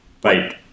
Bye